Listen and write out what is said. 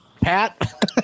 Pat